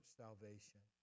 salvation